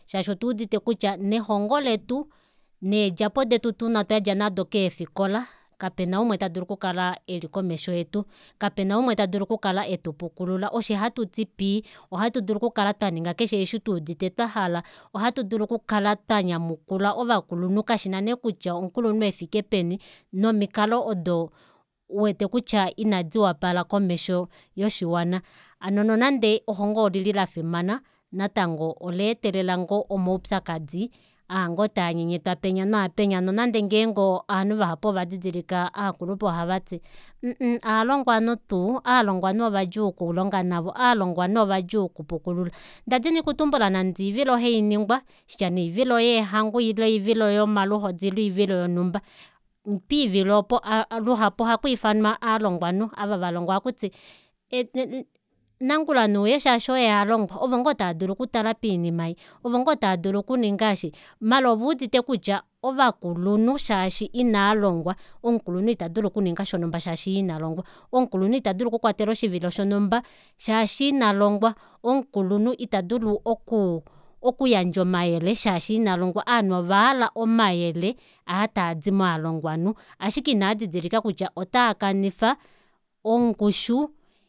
Shaashi otuudite kutya nelongo letu needjapo detu tuna twada nado keefikola kapena umwe tadulu okukala eli komesho yetu kapena umwe tadulu okukala etupukulula ofye hatuti pii ohatu dulu okukala twaninga keshe eshi tuudite twahala ohatudulu okukala twanyamukula ovakulunhu kashina neekutya omukulunhu efike peni nomikalo odo uwete kutya inadiwapala komesho yoshiwana hono nonande elongo olili lafimana natango ola etelela ngoo omaupyakadi aangoo tanyenyetwa penya naapenya nonande ngeenge ovanhu vahapu ovadidilika ovakulupe ohavati mhmhmh ovalongwanhu tuu ovalongwanhu ovadjuu okulonga navo ovalongwanhu ovadjuu okupukulula ndadini okutumbula nande oivilo hainingwa shitya nee oivilo yeehango ile oivilo yomaluhodi ile oivilo yonumba poivilo oopo luhapu ohapaifanwa ovalongwanhu ava valongwa ohakuti nangula neuye shaashi oye alongwa ovo ngoo tadulu okutala poinima ei ovo ngoo taadulu okuninga eshi maala oveudite kutya ovakulunhu shaashi inaalongwa omukulunhu itadulu okuninga shonumba shaashi yee inalongwa omukulunhu omukulunhu itadulu okukwatela oshivilo shonumba shaashi inalongwa omukulunhu itadulu okuyandja omayele shaashi inalongwa ovanhu ovanhu ovahala omayele aatadi movalongwanhu ashike inaadidilika kutya otaakanifa ongushu